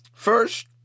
first